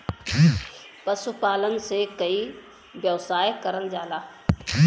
पशुपालन से कई व्यवसाय करल जाला